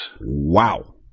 Wow